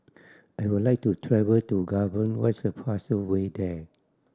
I would like to travel to Gabon what's the fastest way there